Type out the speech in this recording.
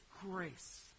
grace